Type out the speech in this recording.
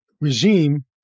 regime